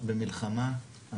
אנחנו במלחמה.